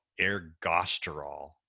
ergosterol